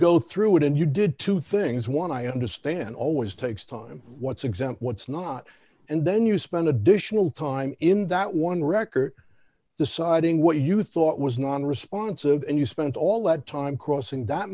go through it and you did two things one i understand always takes time what's exam what's not and then you spend additional time in that one record deciding what you thought was non responsive and you spent all that time crossing that